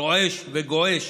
רועש וגועש,